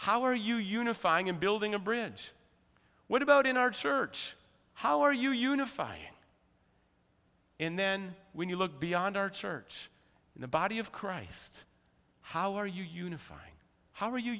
how are you unifying and building a bridge what about in our church how are you unifying in then when you look beyond our church in the body of christ how are you unifying how are you